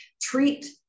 treat